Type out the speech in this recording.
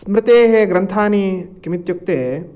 स्मृतेः ग्रन्थानि किमित्युक्ते